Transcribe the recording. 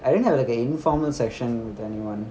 I didn't have like a informal session with anyone